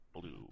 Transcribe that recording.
blue